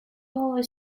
always